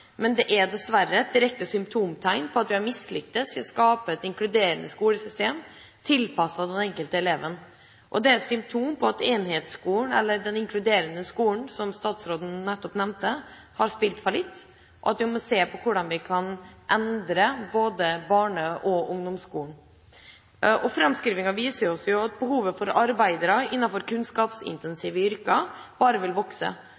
men det er dessverre et direkte symptom på at vi har mislyktes i å skape et inkluderende skolesystem tilpasset den enkelte elev. Det er et symptom på at enhetsskolen – eller den inkluderende skolen, som statsråden nettopp nevnte – har spilt fallitt, og at vi må se på hvordan vi kan endre både barne- og ungdomsskolen. Framskrivingen viser også at behovet for arbeidere innenfor kunnskapsintensive yrker bare vil vokse,